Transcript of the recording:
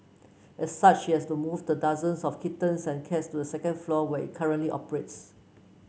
as such he has to move the dozens of kittens and cats to the second floor where it currently operates